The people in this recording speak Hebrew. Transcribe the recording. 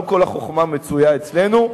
לא כל החוכמה נמצאת אצלנו.